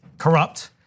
corrupt